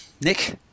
Nick